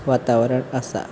वातावरण आसा